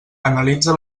analitza